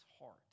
heart